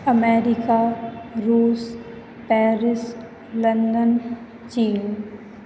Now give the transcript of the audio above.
America Russia Paris London China